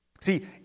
See